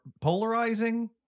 polarizing